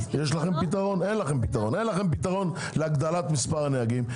אין לכם פתרון להגדלת מספר הנהגים,